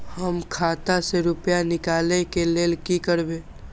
हम खाता से रुपया निकले के लेल की करबे?